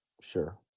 Sure